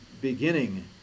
beginning